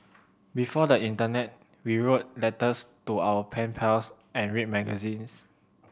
before the internet we wrote letters to our pen pals and read magazines